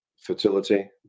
fertility